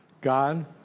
God